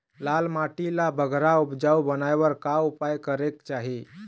लाल माटी ला बगरा उपजाऊ बनाए बर का उपाय करेक चाही?